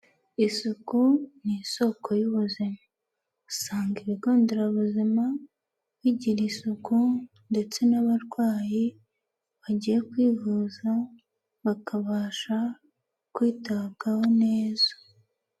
Isuku ni isoko y'ubuzima, usanga ibigo nderabuzima bigira isuku ndetse n'abarwayi bagiye kwivuza bakabasha kwitabwaho neza.